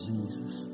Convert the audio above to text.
Jesus